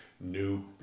new